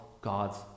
God's